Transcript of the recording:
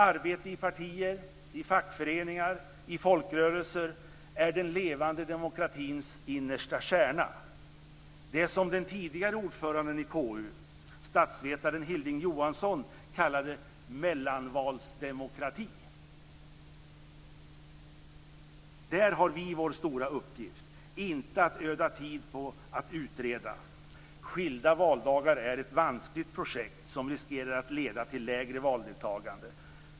Arbete i partier, fackföreningar, folkrörelser är den levande demokratins innersta kärna, det som den tidigare ordföranden i KU, statsvetaren Hilding Johansson, kallade mellanvalsdemokrati. Där har vi vår stora uppgift - inte att öda tid på att utreda. Skilda valdagar är ett vanskligt projekt som riskerar att leda till lägre valdeltagande.